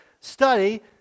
study